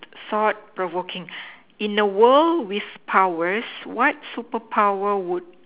thought provoking in the world with powers what superpower would